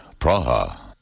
Praha